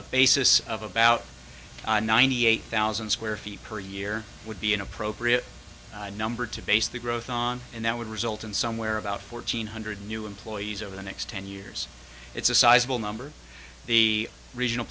the basis of about ninety eight thousand square feet per year would be an appropriate number to base the growth on and that would result in somewhere about fourteen hundred new employees over the next ten years it's a sizable number the regional